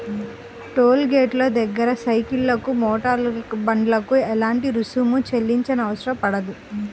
toll గేటుల దగ్గర సైకిళ్లకు, మోటారు బండ్లకు ఎలాంటి రుసుమును చెల్లించనవసరం పడదు